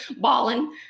balling